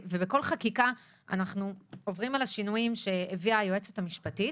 ובכל חקיקה אנחנו עוברים על השינויים שהביאה היועצת המשפטית,